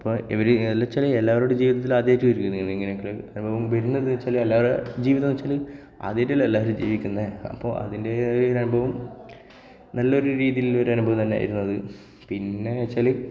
അപ്പോൾ ഇവർ എല്ലാം വച്ചാൽ എല്ലാവരുടെ ജീവിതത്തിലും ആദ്യമായിട്ട് വരില്ലേ ഇങ്ങനെ ഒക്കെ അപ്പോൾ വരുന്നത് എന്നു വച്ചാൽ എല്ലാവരേം ജീവിതം എന്ന് വച്ചാൽ ആദ്യമായിട്ടല്ലേ എല്ലാവരും ജീവിക്കുന്നത് അപ്പോൾ അതിൻ്റെ ഒരു അനുഭവം നല്ലൊരു രീതിയിലുള്ള അനുഭവം തന്നെയായിരുന്നു അത് പിന്നെ വച്ചാൽ